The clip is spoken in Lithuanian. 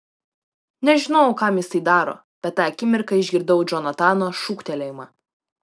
nežinojau kam jis tai daro bet tą akimirką išgirdau džonatano šūktelėjimą